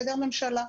בהיעדר ממשלה.